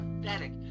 pathetic